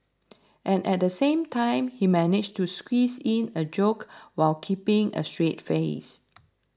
and at the same time he managed to squeeze in a joke while keeping a straight face